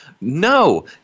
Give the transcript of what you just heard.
No